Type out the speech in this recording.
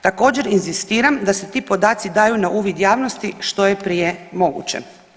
Također inzistiram da se ti podaci daju na uvid javnosti što je prije moguće.